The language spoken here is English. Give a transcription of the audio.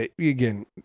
again